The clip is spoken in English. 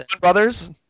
brothers